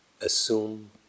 Assume